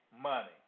money